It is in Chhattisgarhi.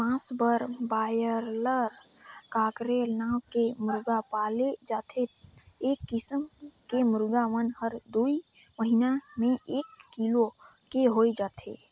मांस बर बायलर, कॉकरेल नांव के मुरगा पाले जाथे ए किसम के मुरगा मन हर दूई महिना में एक किलो के होय जाथे